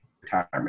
retirement